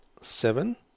seven